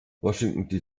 washington